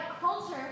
culture